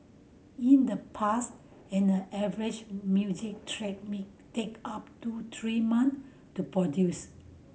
in the past an average music track might take up to three months to produce